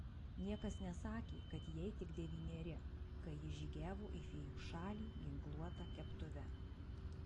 niekas nesakė kad jai tik devyneri kai ji žygiavo į fėjų šalį ginkluota keptuve